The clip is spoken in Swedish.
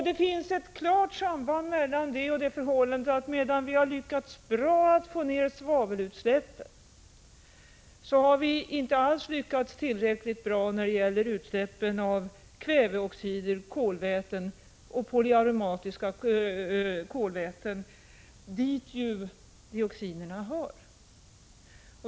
Det finns ett klart samband mellan det och det förhållandet att medan vi har lyckats bra med att minska svavelutsläppen har vi inte alls lyckats tillräckligt bra att reducera utsläppen av kväveoxider, kolväten och polyaromatiska kolväten, dit dioxinerna hör.